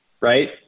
right